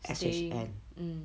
staying mm